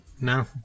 No